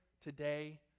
today